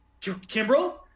Kimbrel